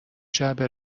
جعبه